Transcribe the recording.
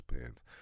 pants